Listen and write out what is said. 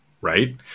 right